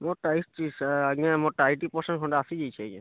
ମୋର୍ ଟା ଆସିଛେ ସାର୍ ଆଜ୍ଞା ଏଇଟି ପର୍ସେଣ୍ଟ ଖଣ୍ଡେ ଆସିଯାଇଛେ ଆଜ୍ଞା